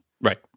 right